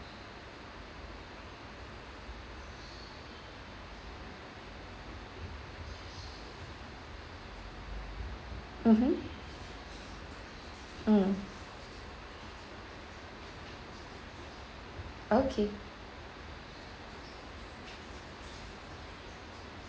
mmhmm mm okay